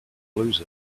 lose